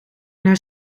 naar